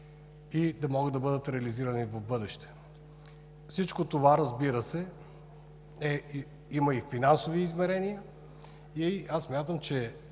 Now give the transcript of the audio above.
за да бъдат реализирани в бъдеще. Всичко това, разбира се, има и финансови измерения и аз смятам, че